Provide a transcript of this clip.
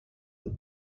that